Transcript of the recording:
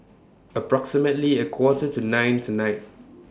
approximately A Quarter to nine tonight